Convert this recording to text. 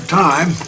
time